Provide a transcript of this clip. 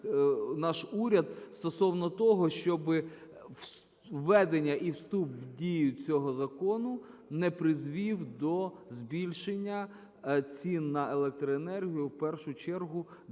наш уряд стосовно того, щоби введення і вступ в дію цього закону не призвів до збільшення цін на електроенергію в першу чергу для побутових